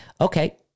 okay